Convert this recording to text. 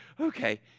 okay